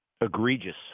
egregious